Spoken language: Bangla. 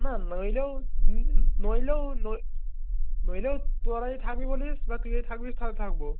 না নইলেও নইলেও নইলেও তোরা যদি থাকবি বলিস বা তুই যদি থাকবি তাহলে থাকব